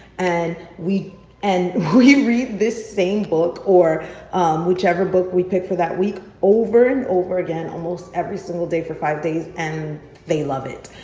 and and we read this same book or whichever book we pick for that week, over and over again almost every single day for five days, and they love it.